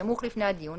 בסמוך לפני הדיון,